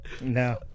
No